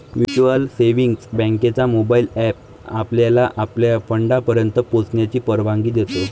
mutual savings बँकेचा mobile app आपल्याला आपल्या फंडापर्यंत पोहोचण्याची परवानगी देतो